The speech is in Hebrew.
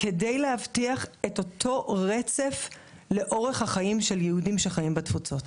כדי להבטיח את אותו רצף לאורך החיים של יהודים שחיים בתפוצות.